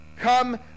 Come